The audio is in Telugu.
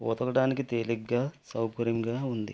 ఉతకడానికి తేలిగ్గా సౌకర్యంగా ఉంది